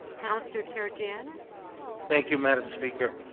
councillor karygiannis thank you, madame speaker.